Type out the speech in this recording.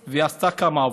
ועשתה כמה עבודות,